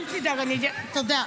תודה.